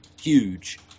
huge